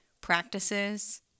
practices